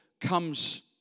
comes